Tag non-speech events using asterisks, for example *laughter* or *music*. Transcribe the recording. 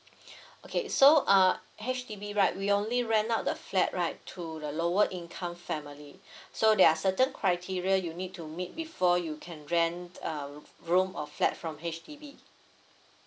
*breath* okay so uh H_D_B right we only rent out the flat right to the lower income family *breath* so there are certain criteria you need to meet before you can rent um room or flat from H_D_B